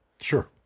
Sure